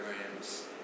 programs